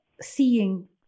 seeing